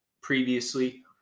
previously